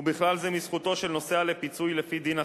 ובכלל זה מזכותו של נוסע לפיצוי לפי דין אחר,